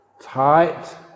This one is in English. tight